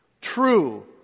True